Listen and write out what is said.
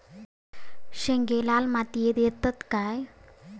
शेंगे लाल मातीयेत येतत काय?